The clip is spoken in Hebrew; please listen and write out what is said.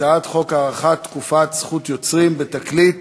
הצעת חוק הארכת תקופת זכות יוצרים בתקליט